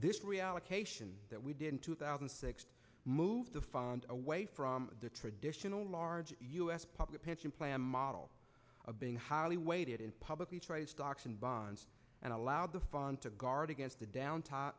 this reallocation that we did in two thousand and six moved away from the traditional large us public pension plan model of being highly weighted in publicly traded stocks and bonds and allowed the fund to guard against the down time